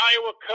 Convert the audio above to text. Iowa